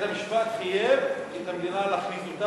בית-המשפט חייב את המדינה להכניס אותן,